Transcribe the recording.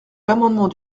l’amendement